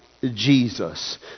Jesus